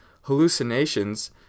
hallucinations